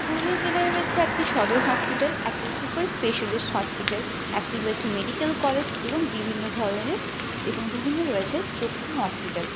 পুরুলিয়ার জেলার রয়েছে একটি সদর হসপিটাল একটি সুপার স্পেশালিস্ট হসপিটাল একটি রয়েছে মেডিকেল কলেজ এবং বিভিন্নধরণের এবং বিভিন্ন রয়েছে চক্ষু হসপিটাল